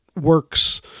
works